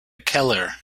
keller